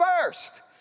first